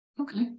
Okay